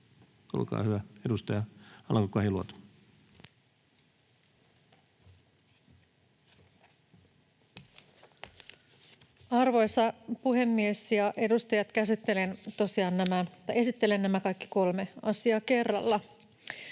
olkaa hyvä, edustaja Alanko-Kahiluoto. Arvoisa puhemies ja edustajat! Esittelen nämä kaikki kolme asiaa kerralla.